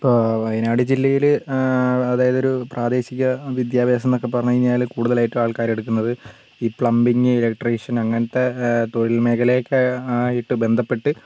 ഇപ്പോൾ വയനാട് ജില്ലയിൽ അതായതൊരു പ്രാദേശിക വിദ്യാഭ്യാസം എന്നൊക്കെ പറഞ്ഞു കഴിഞ്ഞാൽ കൂടുതലായിട്ടും ആൾക്കാരെടുക്കുന്നത് ഈ പ്ലംബിംഗ് ഇലക്ട്രീഷ്യൻ അങ്ങനത്തെ തൊഴിൽ മേഖലക്കെ ആയിട്ട് ബന്ധപ്പെട്ട്